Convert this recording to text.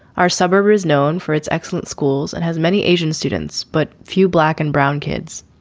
our suburb is known for its excellent schools and has many asian students, but few black and brown kids.